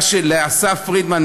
לאסף פרידמן,